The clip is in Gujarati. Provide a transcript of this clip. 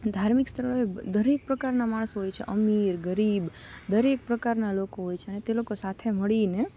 ધાર્મિક સ્થળોએ દરેક પ્રકારના માણસો હોય છે અમીર ગરીબ દરેક પ્રકારના લોકો હોય છે અને તે લોકો સાથે મળીને